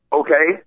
okay